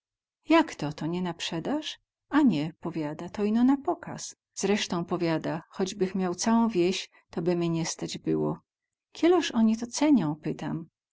jak to to nie na przedaz a nie powiada to ino na pokaz zreśtą powiada choćbych miał całą wieś to by mie nie stać było kieloz oni to cenią pytam